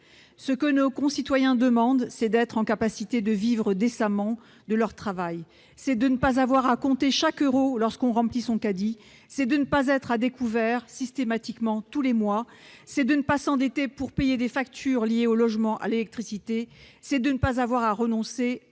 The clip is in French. Ce que nos concitoyens demandent, c'est d'être en mesure de vivre décemment de leur travail, c'est de ne pas avoir à compter chaque euro lorsqu'ils remplissent leur caddie, c'est de ne pas être tous les mois systématiquement à découvert, c'est de ne pas s'endetter pour payer des factures liées au logement et à l'électricité, c'est de ne pas avoir à renoncer